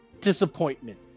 disappointment